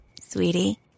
Sweetie